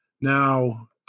Now